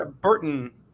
Burton